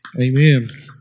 Amen